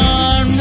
on